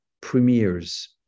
premieres